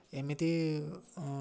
ଏମିତି